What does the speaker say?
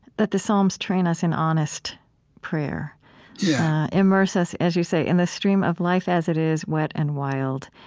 that the psalms train us in honest prayer yeah immerse us, as you say, in the stream of life as it is, wet and wild.